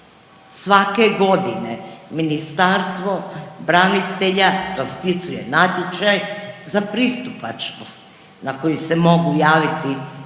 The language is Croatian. svake godine, Ministarstvo branitelja raspisuje natječaj za pristupačnost na koji se mogu javiti